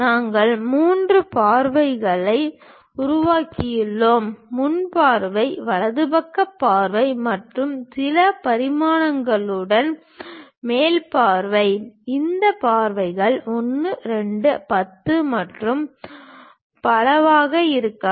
நாங்கள் மூன்று பார்வைகளை வழங்கியுள்ளோம் முன் பார்வை வலது பக்க பார்வை மற்றும் சில பரிமாணங்களுடன் மேல் பார்வை இந்த பரிமாணங்கள் 1 2 10 மற்றும் பலவாக இருக்கலாம்